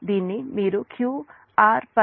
దీన్ని మీరు q r పంక్తిగా తీసుకోవచ్చు